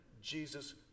Jesus